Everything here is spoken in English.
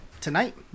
Tonight